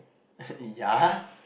yeah